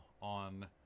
on